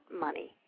money